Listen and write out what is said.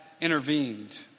intervened